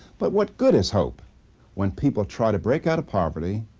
but what good is hope when people try to break out of poverty,